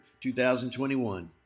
2021